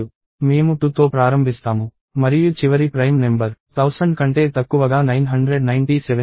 మేము 2తో ప్రారంభిస్తాము మరియు చివరి ప్రైమ్ నెంబర్ 1000 కంటే తక్కువగా 997 ఉంది